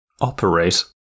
operate